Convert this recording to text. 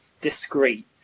discreet